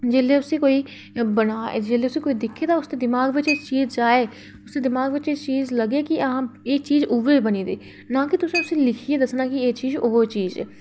जेल्लै उसी कोई बना दिक्खे ते उसदे दमाग बिच एह् चीज जा उसदे दमाग बिच एह् चीज लग्गै कि हां एह् चीज उ'ऐ बनी दी नां कि तुसें लिखियै दस्सना कि एह् चीज ओह् चीज ऐ